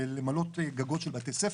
בלמלא גגות של בתי ספר.